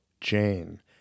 Jane